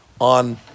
on